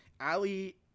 Ali